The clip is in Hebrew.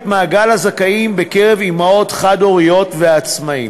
מעגל הזכאים בקרב אימהות חד-הוריות ועצמאים.